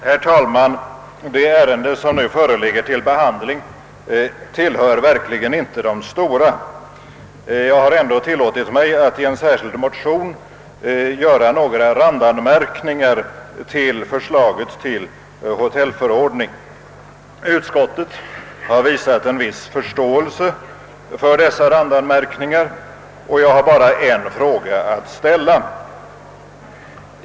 Herr talman! Det ärende som nu föreligger till behandling tillhör verkligen inte de stora. Jag har ändå tillåtit mig att i en särskild motion göra några randanmärkningar till förslaget till hotellförordning. Utskottet har visat en viss förståelse för dessa randanmärkningar, och jag har bara en fråga att ställa.